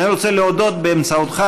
אני רוצה להודות באמצעותך,